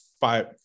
five